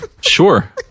sure